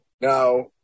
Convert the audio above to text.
Now